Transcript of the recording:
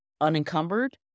unencumbered